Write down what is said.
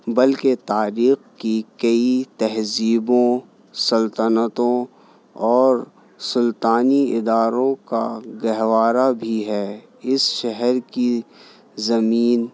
بلکہ تاریخ کی کئی تہذیبوں سلطنتوں اور سلطانی اداروں کا گہوارہ بھی ہے اس شہر کی زمین